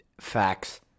Facts